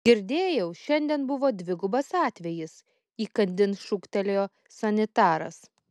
girdėjau šiandien buvo dvigubas atvejis įkandin šūktelėjo sanitaras